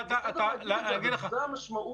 זו המשמעות.